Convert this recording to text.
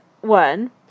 one